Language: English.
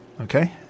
Okay